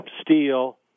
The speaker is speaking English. steel